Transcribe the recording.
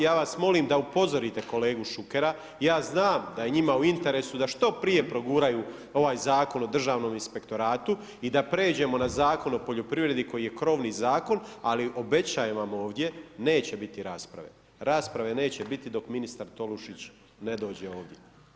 Ja vas molim da upozorite kolegu Šukera, ja znam da je njima u interesu da što prije proguraju ovaj Zakon o državnom inspektoratu i da pređemo na Zakon o poljoprivredi koji je krovni zakon, ali obećajem vam ovdje neće biti rasprave, rasprave neće biti dok ministar Tolušić ne dođe ovdje.